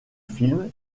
film